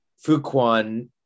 Fuquan